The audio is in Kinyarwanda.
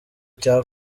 cya